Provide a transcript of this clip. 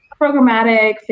programmatic